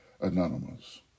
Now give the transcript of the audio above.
Anonymous